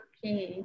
Okay